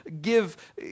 give